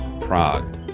Prague